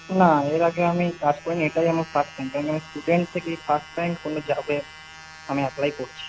না এর আগে আমি কাজ করিনি এটাই আমার ফার্স্ট টাইম কেনকি আমি স্টুডেন্ট থেকে ফার্স্ট টাইম কোনো জবে আমি অ্যাপ্লাই করছি